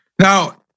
Now